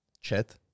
chat